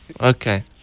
Okay